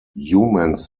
humans